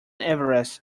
everest